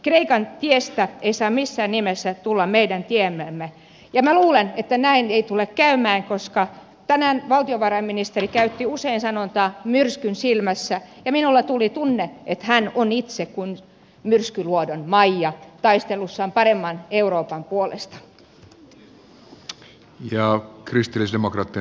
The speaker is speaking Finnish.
kreikan tiestä ei saa missään nimessä tulla meidän tiemme ja minä luulen että näin ei tule käymään koska tänään valtiovarainministeri käytti usein sanontaa myrskyn silmässä ja minulle tuli tunne että hän on itse kuin myrskyluodon maija taistelussaan paremman euroopan puolesta